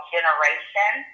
Generation